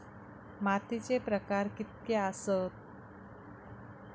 मातीचे प्रकार कितके आसत?